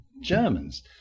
germans